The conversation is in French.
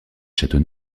château